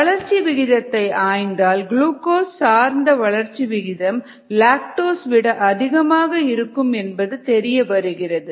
வளர்ச்சி விகிதத்தை ஆய்ந்தால் க்ளுகோஸ் சார்ந்த வளர்ச்சி விகிதம் லாக்டோஸ் விட அதிகமாக இருக்கும் என்பது தெரியவருகிறது